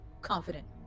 confident